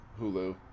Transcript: Hulu